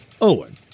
Owen